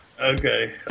Okay